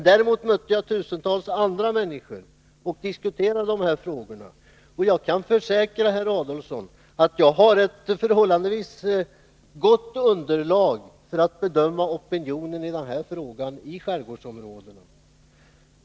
Däremot mötte jag tusentals andra människor och diskuterade de här frågorna, och jag kan försäkra herr Adelsohn att jag har ett förhållandevis gott underlag för att bedöma opinionen i skärgårdsområdena vad gäller den här frågan.